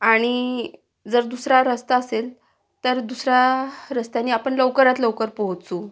आणि जर दुसरा रस्ता असेल तर दुसऱ्या रस्त्याने आपण लवकरात लवकर पोहोचू